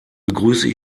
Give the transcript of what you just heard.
begrüße